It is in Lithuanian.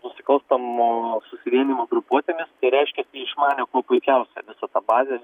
nusikalstamo susivienijimo grupuotėmis tai reiškias jie išmanė kuo puikiausia visą tą bazę ir